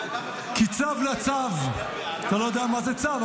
כי "צו לצו" אתה לא יודע מה זה צו,